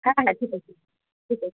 হ্যাঁ হ্যাঁ ঠিক আছে ঠিক আছে